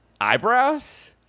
eyebrows